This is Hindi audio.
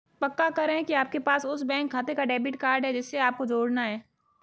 पक्का करें की आपके पास उस बैंक खाते का डेबिट कार्ड है जिसे आपको जोड़ना है